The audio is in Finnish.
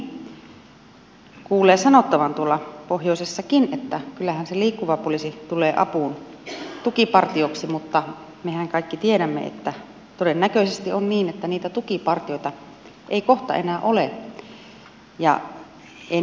edelleenkin kuulee sanottavan tuolla pohjoisessakin että kyllähän se liikkuva poliisi tulee apuun tukipartioksi mutta mehän kaikki tiedämme että todennäköisesti on niin että niitä tukipartioita ei kohta enää ole